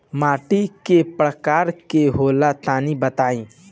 माटी कै प्रकार के होला तनि बताई?